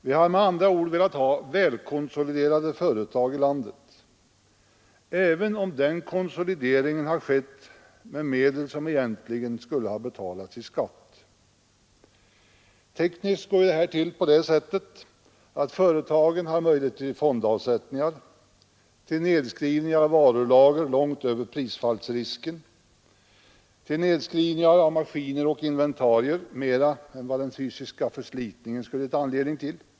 Vi har med andra ord velat ha väl konsoliderade företag, även om den konsolideringen har skett med medel som egentligen skulle ha betalats i skatt. Tekniskt går detta till på det sättet att företagen kan använda vinstmedel till fondavsättningar, till nedskrivning av varulager långt över prisfallsrisken, till nedskrivning av maskiner och inventarier med mer än den fysiska förslitningen givit anledning till.